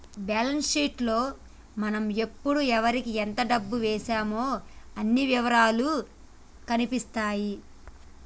balance sheet లో మనం ఎప్పుడు ఎవరికీ ఎంత డబ్బు వేశామో అన్ని ఇవరాలూ కనిపిత్తాయి